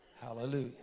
Hallelujah